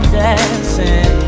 dancing